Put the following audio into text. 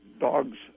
dogs